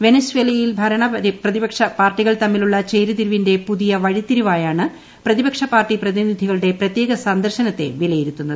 വെനസ്വേലയിൽ ഭരണ പ്രതിപക്ഷ പാട്ടികൾ തമ്മിലുള്ള ചേരിതിരിവിന്റെ പുതിയ വഴിത്തിരിവായാണ് പ്രതിപക്ഷ പാർട്ടി പ്രതിനിധികളുടെ പ്രത്യേക സന്ദർശനത്തെ വിലയിരുത്തുന്നത്